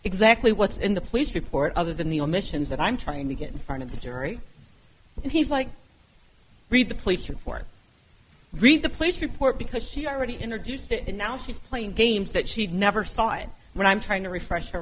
exactly what's in the police report other than the omissions that i'm trying to get in front of the jury and he's like read the police report read the police report because she already introduced the and now she's playing games that she'd never saw it when i'm trying to refresh